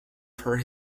for